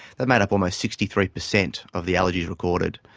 that made up almost sixty three percent of the allergies recorded.